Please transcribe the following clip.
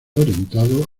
orientado